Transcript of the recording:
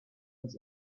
ganz